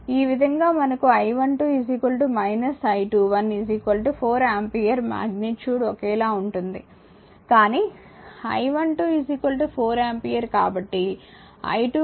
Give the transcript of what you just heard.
ఈ విధంగా మనకు I12 I21 4 ఆంపియర్ మాగ్నిట్యూడ్ ఒకేలా ఉంటుంది కానీ I12 4 ఆంపియర్ కాబట్టి I21 4 ఆంపియర్